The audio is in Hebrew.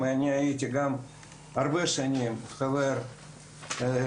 כי אני הייתי גם הרבה שנים חבר בטכניון,